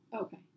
Okay